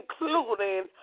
including